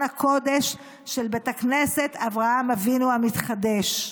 הקודש של בית הכנסת אברהם אבינו המתחדש.